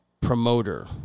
promoter